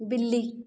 ਬਿੱਲੀ